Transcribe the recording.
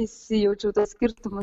įsijaučiau tuos skirtumus